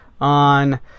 on